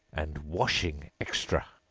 and washing extra.